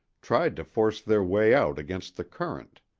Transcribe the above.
tried to force their way out against the current,